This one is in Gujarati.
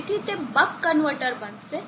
તેથી તે બક કન્વર્ટર બનશે